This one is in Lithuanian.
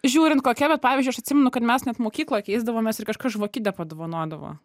žiūrint kokia bet pavyzdžiui aš atsimenu kad mes net mokykloj keisdavomės ir kažkas žvakidę padovanodavo